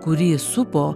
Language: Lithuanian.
kurį supo